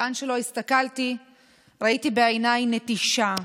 לאן שלא הסתכלתי ראיתי בעיני נטישה.